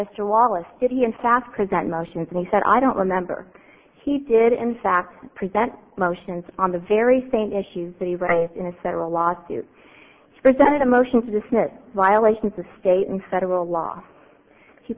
mr wallace did he in fact present motions and he said i don't remember he did in fact present motions on the very same issues that he raised in a several lawsuits presented a motion to dismiss violations of state and federal law he